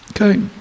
Okay